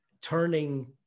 turning